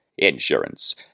insurance